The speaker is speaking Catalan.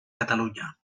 catalunya